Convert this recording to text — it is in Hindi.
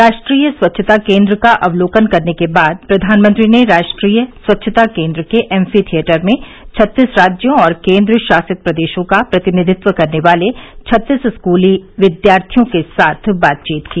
राष्ट्रीय स्वच्छता केंद्र का अवलोकन करने के बाद प्रधानमंत्री ने राष्ट्रीय स्वच्छता केंद्र के एम्फी थियेटर में छत्तीस राज्यों और केंद्र शासित प्रदेशों का प्रतिनिधित्व करने वाले छत्तीस स्कूली विद्यार्थियों के साथ बातचीत की